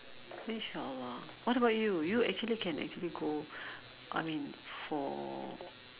inshallah what about you you actually can actually go I mean for